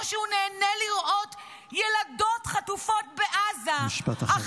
שהוא נהנה לראות ילדות חטופות בעזה --- משפט אחרון.